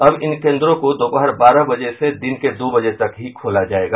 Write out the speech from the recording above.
अब इन केंद्रों को दोपहर बारह बजे से दिन के दो बजे तक ही खोला जायेगा